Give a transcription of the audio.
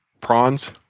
prawns